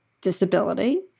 disability